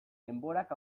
denborak